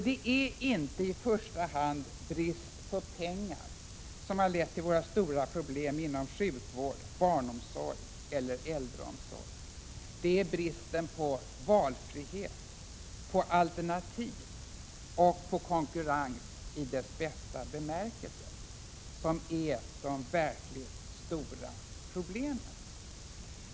Det är inte i första hand brist på pengar som har lett till våra stora problem inom sjukvård, barnomsorg eller äldreomsorg. Det är bristen på valfrihet, alternativ och konkurrens i bästa bemärkelse som är det verkligt stora problemet.